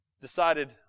decided